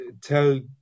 tell